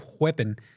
weapon